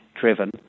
driven